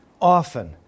often